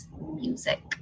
music